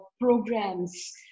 programs